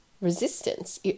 resistance